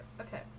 Okay